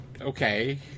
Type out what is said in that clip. Okay